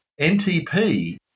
NTP